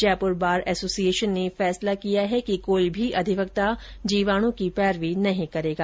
Jaipur bar association ने फैसला किया है कि कोई भी अधिवक्ता जीवाणु की पैरवी नहीं करेगा